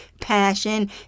passion